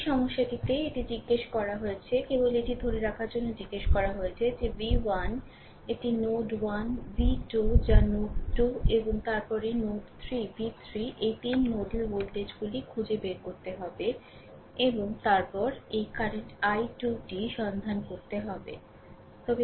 এই সমস্যাটিতে এটি জিজ্ঞাসা করা হয়েছে কেবল এটি ধরে রাখার জন্য জিজ্ঞাসা করা হয়েছে যে v 1 এটি নোড 1 v 2 যা নোড 2 এবং তারপরে নোড 3 v 3 এই 3 নোডাল ভোল্টেজগুলি খুঁজে বের করতে হবে এবং তারপরে এই কারেন্ট i2টি সন্ধান করতে হবে